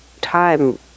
time